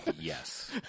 Yes